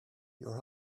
your